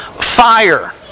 fire